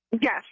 Yes